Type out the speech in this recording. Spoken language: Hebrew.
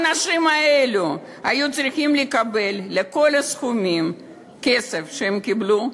האנשים האלה היו צריכים לקבל את כל סכומי הכסף שהם קיבלו,